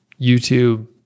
YouTube